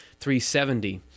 370